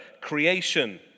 creation